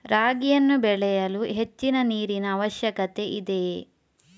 ರಾಗಿಯನ್ನು ಬೆಳೆಯಲು ಹೆಚ್ಚಿನ ನೀರಿನ ಅವಶ್ಯಕತೆ ಇದೆಯೇ?